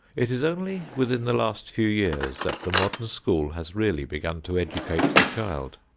it is only within the last few years that the modern school has really begun to educate the child.